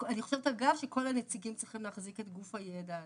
אני חושבת אגב שכל הנציגים צריכים להחזיק את גוף הידע הזה.